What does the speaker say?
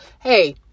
Hey